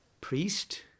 priest